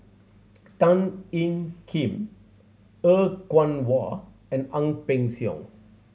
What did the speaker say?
Tan Ean Kiam Er Kwong Wah and Ang Peng Siong